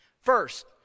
first